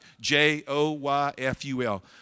J-O-Y-F-U-L